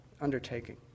undertaking